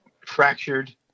fractured